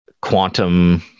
quantum